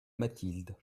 mathilde